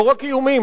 לא רק איומים,